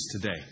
today